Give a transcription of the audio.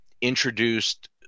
introduced